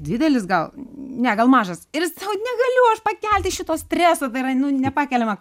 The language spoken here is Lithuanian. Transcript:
didelis gal ne gal mažas ir jis sako negaliu aš pakelti šito streso tai yra nu nepakeliama